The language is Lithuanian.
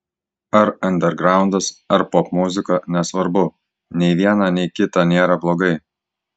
ar andergraundas ar popmuzika nesvarbu nei viena nei kita nėra blogai